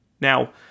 Now